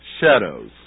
Shadows